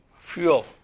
fuel